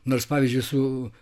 nors pavyzdžiui su